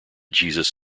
jesus